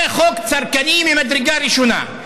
זה חוק צרכני ממדרגה ראשונה.